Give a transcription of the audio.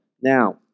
Now